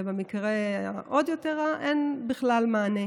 ובמקרה עוד יותר רע אין בכלל מענה.